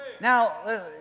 Now